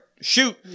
shoot